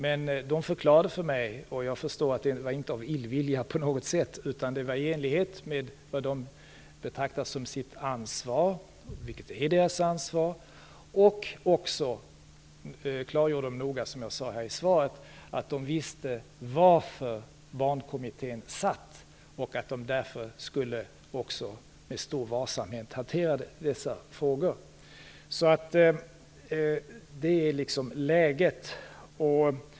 Men de förklarade sig för mig, och jag förstår att det inte var av illvilja på något sätt. Det var i enlighet med det de betraktar som sitt ansvar, vilket är deras ansvar, och de klargjorde även noga, som jag sade i svaret, att de visste varför Barnkommittén tillsatts och att de därför också skulle hantera dessa frågor med stor varsamhet. Detta är läget.